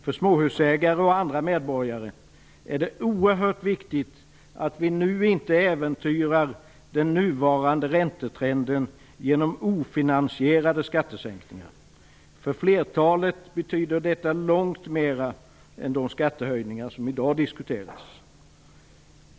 För småhusägare och andra medborgare är det oerhört viktigt att vi nu inte äventyrar den nuvarande räntetrenden genom ofinansierade skattesänkningar. För flertalet betyder detta långt mera än de skattehöjningar som i dag diskuteras.